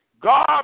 God